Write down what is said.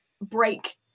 break